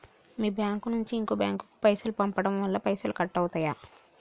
మీ bank నుంచి ఇంకో bank కు పైసలు పంపడం వల్ల పైసలు కట్ అవుతయా?